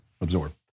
absorb